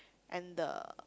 and the